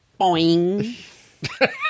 Boing